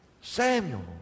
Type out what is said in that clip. samuel